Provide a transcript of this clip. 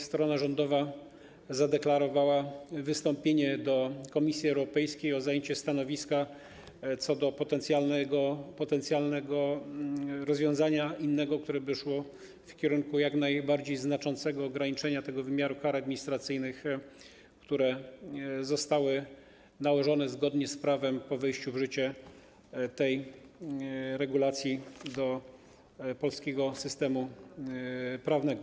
Strona rządowa zadeklarowała wystąpienie do Komisji Europejskiej o zajęcie stanowiska w sprawie potencjalnego innego rozwiązania, które by szło w kierunku jak najbardziej znaczącego ograniczenia wymiaru kar administracyjnych, które zostały nałożone zgodnie z prawem po wejściu tej regulacji do polskiego systemu prawnego.